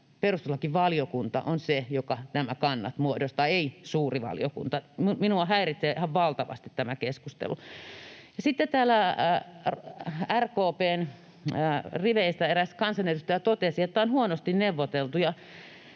perustuslakivaliokunta on se, joka nämä kannat muodostaa, ei suuri valiokunta. Minua häiritsee ihan valtavasti tämä keskustelu. Sitten täällä RKP:n riveistä eräs kansanedustaja totesi, että on huonosti neuvoteltu,